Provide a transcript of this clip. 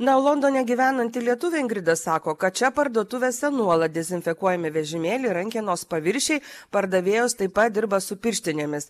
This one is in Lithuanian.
na o londone gyvenanti lietuvė ingrida sako kad čia parduotuvėse nuolat dezinfekuojami vežimėliai rankenos paviršiai pardavėjos taip pat dirba su pirštinėmis